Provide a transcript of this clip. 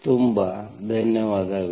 ತುಂಬ ಧನ್ಯವಾದಗಳು